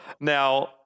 now